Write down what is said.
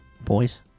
Boys